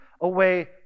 away